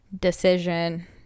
Decision